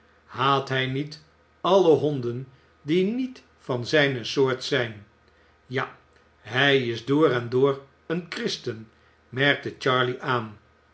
haat hij niet alle honden die niet van zijne soort zijn ja hij is door en door een christen merkte charley aan